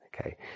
Okay